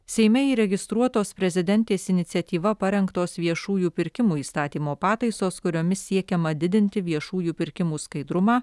seime įregistruotos prezidentės iniciatyva parengtos viešųjų pirkimų įstatymo pataisos kuriomis siekiama didinti viešųjų pirkimų skaidrumą